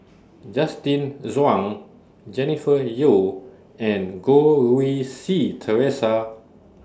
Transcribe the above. Justin Zhuang Jennifer Yeo and Goh Rui Si Theresa